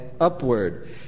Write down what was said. upward